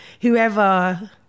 whoever